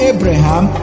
Abraham